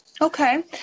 Okay